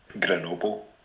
Grenoble